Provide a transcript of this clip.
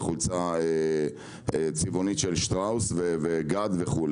או חולצה צבעונית של שטראוס וגד ועוד.